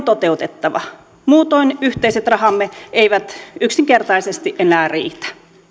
toteutettava muutoin yhteiset rahamme eivät yksinkertaisesti enää riitä